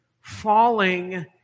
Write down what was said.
falling